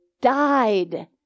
Died